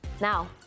Now